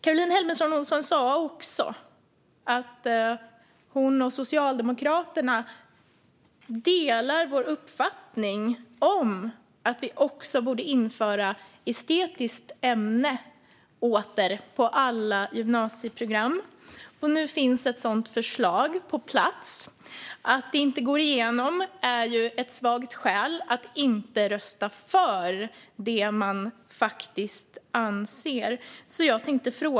Caroline Helmersson Olsson sa att hon och Socialdemokraterna delar vår uppfattning att estetiska ämnen bör återinföras på alla gymnasieprogram. Nu finns ett sådant förslag på plats. Att det inte går igenom är ett svagt skäl att inte rösta för det man faktiskt står för.